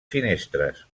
finestres